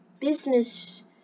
business